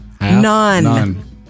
None